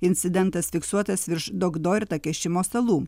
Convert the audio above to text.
incidentas fiksuotas virš dogdorita kešimo salų